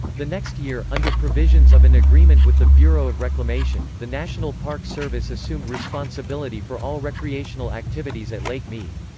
the next year, under provisions of an agreement with the bureau of reclamation, the national park service assumed responsibility for all recreational activities at lake mead.